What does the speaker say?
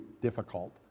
difficult